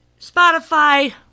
Spotify